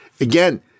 Again